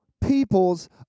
peoples